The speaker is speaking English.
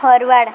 forward